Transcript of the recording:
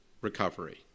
recovery